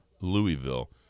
Louisville